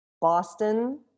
Boston